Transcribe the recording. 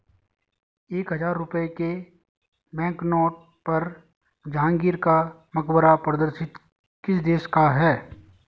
एक हजार रुपये के बैंकनोट पर जहांगीर का मकबरा प्रदर्शित किस देश का है?